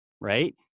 right